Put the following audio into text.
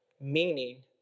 meaning